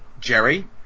Jerry